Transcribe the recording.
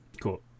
cool